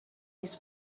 his